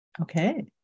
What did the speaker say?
Okay